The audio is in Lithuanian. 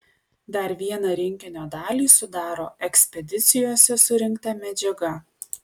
dar vieną rinkinio dalį sudaro ekspedicijose surinkta medžiaga